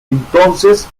entonces